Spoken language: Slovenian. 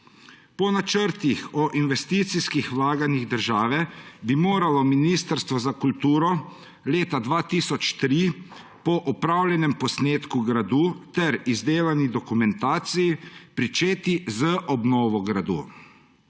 Po načrtih o investicijskih vlaganjih države bi moralo Ministrstvo za kulturo leta 2003 po opravljenem posnetku gradu ter izdelani dokumentaciji pričeti z obnovo gradu.